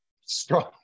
strong